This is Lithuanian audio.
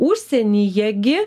užsienyje gi